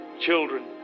children